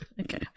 Okay